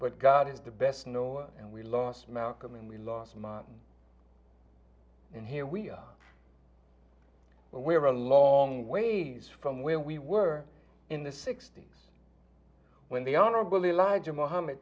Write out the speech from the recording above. but god is the best no and we lost malcolm and we lost martin and here we are we're a long ways from where we were in the sixty's when the honorable elijah muhamm